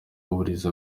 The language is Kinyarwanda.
w’uburezi